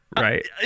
right